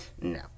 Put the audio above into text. no